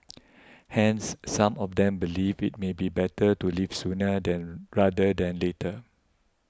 hence some of them believe it may be better to leave sooner than rather than later